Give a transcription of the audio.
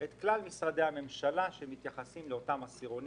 גם את כלל משרדי הממשלה שמתייחסים לאותם עשירונים,